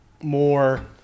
more